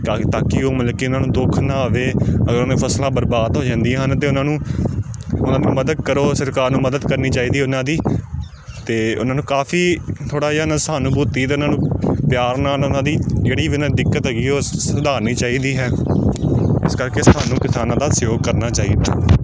ਤਾਂ ਕਿ ਉਹ ਮਤਲਬ ਕਿ ਉੁਹਨਾਂ ਨੂੰ ਦੁੱਖ ਨਾ ਆਵੇ ਅਗਰ ਉਹਨਾਂ ਦੀ ਫਸਲਾਂ ਬਰਬਾਦ ਹੋ ਜਾਂਦੀਆਂ ਹਨ ਤਾਂ ਉਹਨਾਂ ਨੂੰ ਉਹਨਾਂ ਨੂੰ ਮਦਦ ਕਰੋ ਸਰਕਾਰ ਨੂੰ ਮਦਦ ਕਰਨੀ ਚਾਹੀਦੀ ਉਹਨਾਂ ਦੀ ਅਤੇ ਉਹਨਾਂ ਨੂੰ ਕਾਫੀ ਥੋੜ੍ਹਾ ਜਿਹਾ ਉਹਨਾਂ ਸਹਾਨੂਬੂਤੀ ਅਤੇ ਉਹਨਾਂ ਨੂੰ ਪਿਆਰ ਨਾਲ ਉਹਨਾਂ ਉਹਨਾਂ ਦੀ ਜਿਹੜੀ ਵੀ ਉਹਨਾਂ ਦੀ ਦਿੱਕਤ ਹੈਗੀ ਉਹ ਸੁਧਾਰਨੀ ਚਾਹੀਦੀ ਹੈ ਇਸ ਕਰਕੇ ਸਾਨੂੰ ਕਿਸਾਨਾਂ ਦਾ ਸਹਿਯੋਗ ਕਰਨਾ ਚਾਹੀਦਾ